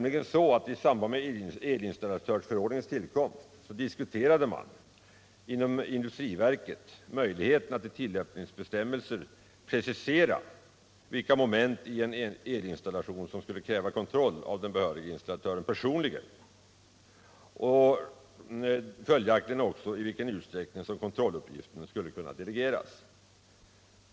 I samband med elinstallatörsförordningens tillkomst diskuterade man inom industriverket möjligheten att i tillämpningsbestämmelser precisera vilka moment i en elinstallation som skulle kräva kontroll av den behörige installatören personligen, följaktligen också i vilken utsträckning kontrolluppgiften skulle kunna delegeras.